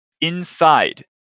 Inside